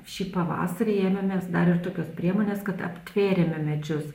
šį pavasarį ėmėmės dar ir tokios priemonės kad aptvėrėme medžius